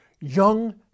young